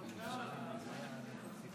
מצוינים, ואין לי ספק